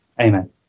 Amen